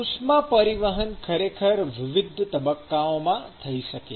ઉષ્મા પરિવહન ખરેખર વિવિધ તબક્કામાં થઈ શકે છે